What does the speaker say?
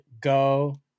go